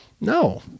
No